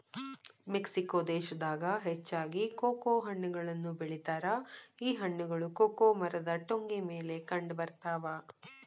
Mexico ದೇಶದಾಗ ಹೆಚ್ಚಾಗಿ cocoa ಹಣ್ಣನ್ನು ಬೆಳಿತಾರ ಈ ಹಣ್ಣುಗಳು ಕೊಕೊ ಮರದ ಟೊಂಗಿ ಮೇಲೆ ಕಂಡಬರ್ತಾವ